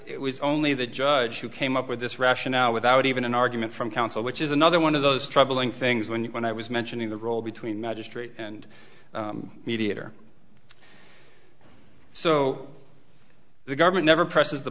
it was only the judge who came up with this rationale without even an argument from counsel which is another one of those troubling things when you when i was mentioning the role between magistrate and mediator so the government never presses the